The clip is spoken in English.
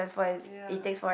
ya